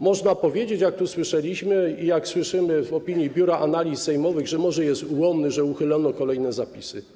Można powiedzieć, jak tu słyszeliśmy i jak dowiadujemy się z opinii Biura Analiz Sejmowych, że może jest ułomny, że uchylono kolejne zapisy.